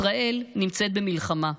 ישראל נמצאת במלחמה,